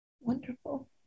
Wonderful